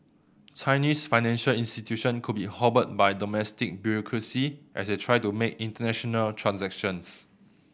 Chinese financial institutions could be hobbled by domestic bureaucracy as they try to make international transactions